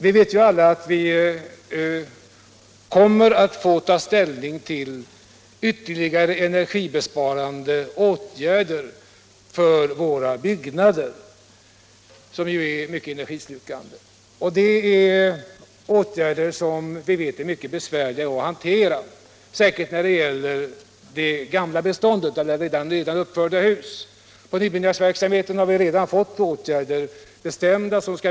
Vi vet alla att vi kommer att få ta ställning till ytterligare energibesparande åtgärder i fråga om hus och bostäder, som är mycket energislukande. Det är åtgärder som är mycket besvärliga att hantera, särskilt när det gäller redan uppförda hus. Inom nybyggnadsverksamheten har redan åtgärder beslutats.